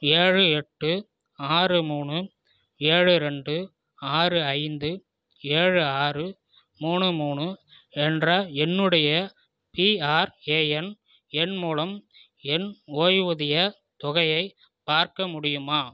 ஏழு எட்டு ஆறு மூணு ஏழு ரெண்டு ஆறு ஐந்து ஏழு ஆறு மூணு மூணு என்ற என்னுடைய பிஆர்ஏஎன் எண் மூலம் என் ஓய்வூதியத் தொகையை பார்க்க முடியுமா